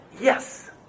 Yes